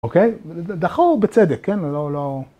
אוקיי? דחו בצדק, כן? לא...